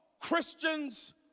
Christians